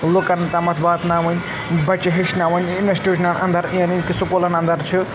لُکَن تامَتھ واتناوٕنۍ بَچہِ ہیٚچھناوٕنۍ اِنَسٹیوشنَن اَنٛدَر یعنی کہِ سکوٗلَن اَنٛدَر چھِ